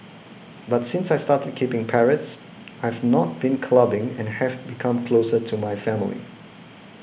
but since I started keeping parrots I've not been clubbing and have become closer to my family